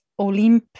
olymp